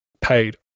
paid